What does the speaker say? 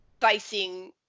facing